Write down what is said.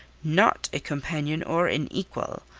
not a companion or an equal.